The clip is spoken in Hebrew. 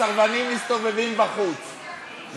הסרבנים מסתובבים בחוץ,